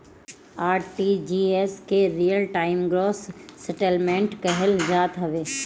RTGS के real time gross settlement कहल जात हवे